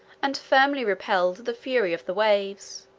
and firmly repelled the fury of the waves,